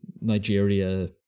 Nigeria